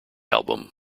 album